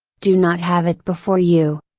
do not have it before you.